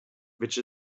which